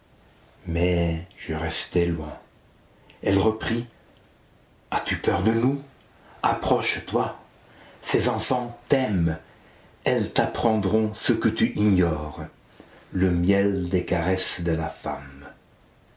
mais je restais loin elle reprit as-tu peur de nous approche-toi ces enfants t'aiment elles t'apprendront ce que tu ignores le miel des caresses de la femme